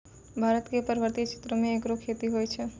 भारत क पर्वतीय क्षेत्रो म एकरो खेती होय छै